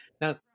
now